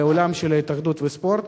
בעולם של ההתאחדות לספורט,